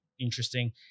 interesting